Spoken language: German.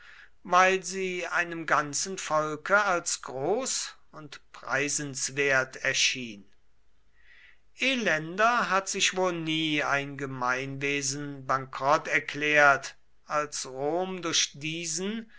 weil sie einem ganzen volke als groß und preisenswert erschien elender hat sich wohl nie ein gemeinwesen bankrott erklärt als rom durch diesen